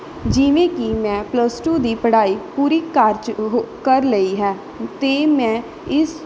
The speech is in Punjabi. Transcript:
ਜਿਵੇਂ ਕਿ ਮੈਂ ਪਲੱਸ ਟੂ ਦੀ ਪੜ੍ਹਾਈ ਪੂਰੀ ਕਰ ਚੁੱਕੀ ਹੋ ਕਰ ਲਈ ਹੈ ਅਤੇ ਮੈਂ ਇਸ